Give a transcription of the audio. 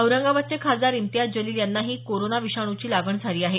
औरंगाबादचे खासदार इम्तियाज जलिल यांनाही कोरोना विषाणूची लागण झाली आहे